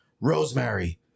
Rosemary